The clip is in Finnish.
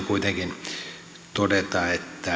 kuitenkin todeta